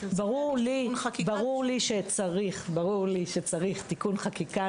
ברור לי שצריך תיקון חקיקה,